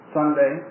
Sunday